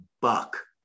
buck